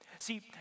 See